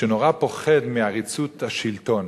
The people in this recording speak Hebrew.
שנורא פוחד מעריצות השלטון.